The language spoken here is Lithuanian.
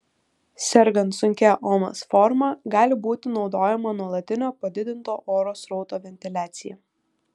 sergant sunkia omas forma gali būti naudojama nuolatinio padidinto oro srauto ventiliacija